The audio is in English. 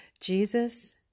Jesus